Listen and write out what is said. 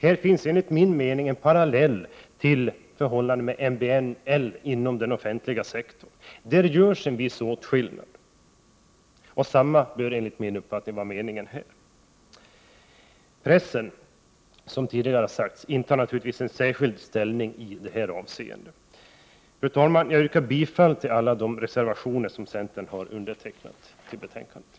Här finns enligt min mening en parallell till förhållandet med MBL inom den offentliga sektorn. Där görs en viss åtskillnad, och detsamma bör vara fallet här. Pressen intar, som tidigare sagts, naturligtvis en särskild ställning i detta avseende. Fru talman! Jag yrkar bifall till alla de reservationer till betänkandet som centern har varit med om att avge.